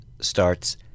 starts